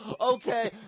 Okay